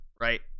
right